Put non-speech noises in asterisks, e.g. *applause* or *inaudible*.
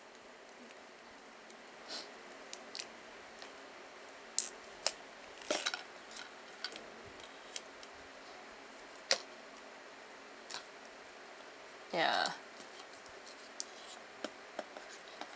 *noise* ya